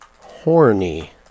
horny